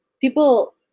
people